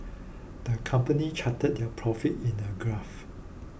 the company charted their profit in a graph